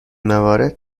موارد